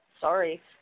Sorry